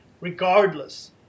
Regardless